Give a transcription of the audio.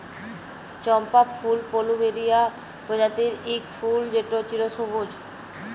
চম্পা ফুল পলুমেরিয়া প্রজাতির ইক ফুল যেট চিরসবুজ